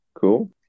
cool